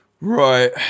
Right